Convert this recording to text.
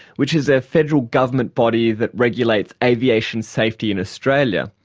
which is a federal government body that regulates aviation safety in australia,